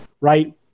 right